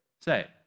Say